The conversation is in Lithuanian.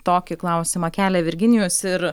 tokį klausimą kelia virginijus ir